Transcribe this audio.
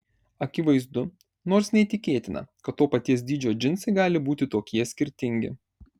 akivaizdu nors neįtikėtina kad to paties dydžio džinsai gali būti tokie skirtingi